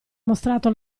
mostrato